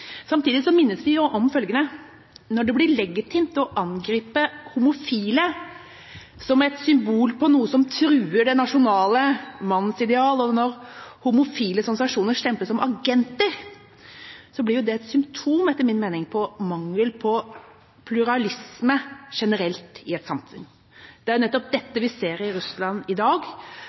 Samtidig blir vi minnet på følgende: Når det blir legitimt å angripe homofile som et symbol på noe som truer det nasjonale mannsideal, og når homofiles organisasjoner stemples som agenter, blir det etter min mening et symptom på mangel på pluralisme generelt i et samfunn. Det er nettopp dette vi ser i Russland i dag,